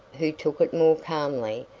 who took it more calmly,